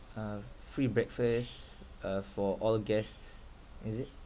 uh free breakfast uh for all guests is it